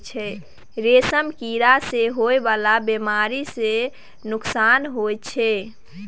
रेशम कीड़ा के होए वाला बेमारी सँ नुकसान होइ छै